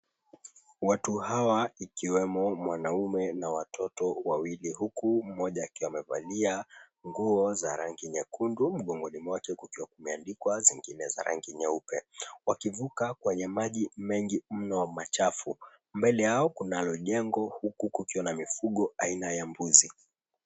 Watu hawa ikiwemo mwanaume na watoto wawili huku mmoja akiwa amevalia nguo za rangi nyekundu miongoni mwake, kukiwa zimeanikwa zingine za rangi nyeupe wakivuka kwenye maji mengi mno machafu mbele yao kuna jengo kubwa ikiwa na mifugo aina ya mbuzi.